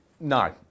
No